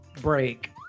break